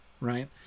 right